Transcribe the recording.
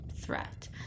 threat